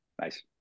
Nice